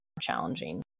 challenging